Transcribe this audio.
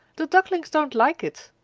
the ducklings don't like it.